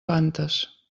fantes